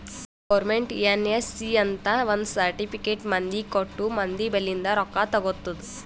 government NSC ಅಂತ್ ಒಂದ್ certificate ಮಂದಿಗ ಕೊಟ್ಟು ಮಂದಿ ಬಲ್ಲಿಂದ್ ರೊಕ್ಕಾ ತಗೊತ್ತುದ್